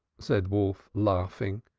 said wolf, laughing.